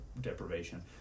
deprivation